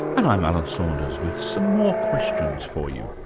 and i'm alan saunders with some more questions for you.